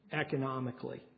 Economically